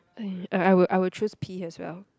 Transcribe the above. eh I will I will choose pee as well